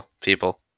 people